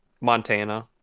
Montana